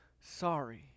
sorry